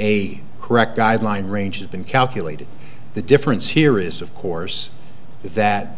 a correct guideline range has been calculated the difference here is of course that